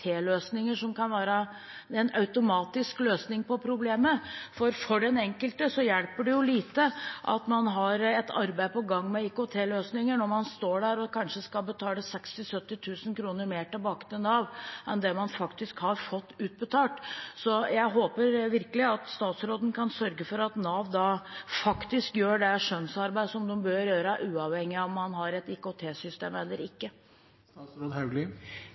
som kan være en automatisk løsning på problemet. For den enkelte hjelper det lite at man har et arbeid på gang med IKT-løsninger når man står der og kanskje skal betale 60 000–70 000 kr mer tilbake til Nav enn det man faktisk har fått utbetalt. Jeg håper virkelig at statsråden kan sørge for at Nav faktisk gjør det skjønnsarbeidet de bør gjøre, uavhengig av om man har et IKT-system eller ikke.